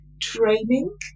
training